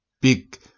big